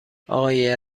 آقای